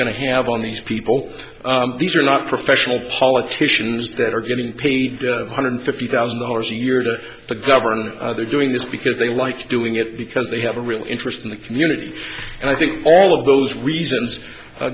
going to have on these people these are not professional politicians that are getting paid one hundred fifty thousand dollars a year to the governor they're doing this because they like doing it because they have a real interest in the community and i think all of those reasons